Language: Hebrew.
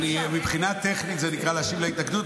מבחינה טכנית זה נקרא להשיב על ההתנגדות,